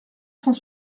cent